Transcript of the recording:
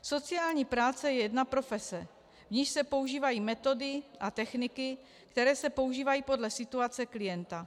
Sociální práce je jedna profese, v níž se používají metody a techniky, které se používají podle situace klienta.